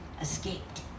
escaped